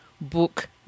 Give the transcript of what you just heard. book